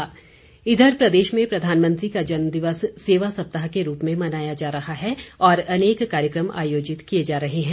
बधाई इधर प्रदेश में प्रधानमंत्री का जन्मदिवस सेवा सप्ताह के रूप में मनाया जा रहा है और अनेक कार्यक्रम आयोजित किए जा रहे हैं